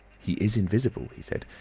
he is invisible! he said.